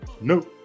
no